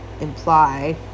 imply